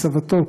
הסבתות,